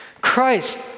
Christ